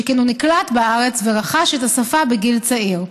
שכן הוא נקלט בארץ ורכש את השפה בגיל צעיר.